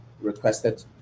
requested